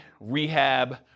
rehab